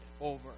over